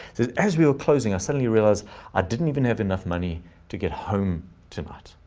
as we were closing, i suddenly realized i didn't even have enough money to get home tonight.